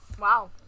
Wow